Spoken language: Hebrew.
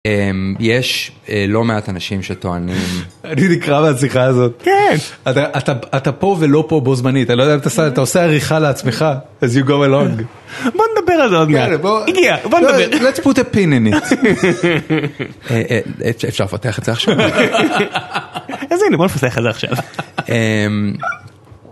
יש לא מעט אנשים שטוענים. אני נקע מהשיחה הזאת, כן! אתה פה ולא פה בו זמנית, אתה עושה עריכה לעצמך, as you go along. בוא נדבר על זה עוד מעט, הגיע בוא נדבר, let's put a pin in it, אפשר לפתח את זה עכשיו, אז הנה בוא נפתח את זה עכשיו.